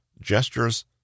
gestures